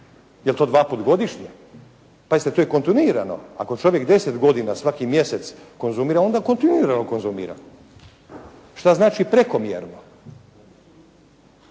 Jel' to dva put godišnje? Pazite to je kontinuirano ako čovjek 10 godina svaki mjesec konzumira onda kontinuirano konzumira. Šta znači prekomjerno?